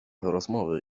rozmowy